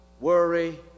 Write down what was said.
worry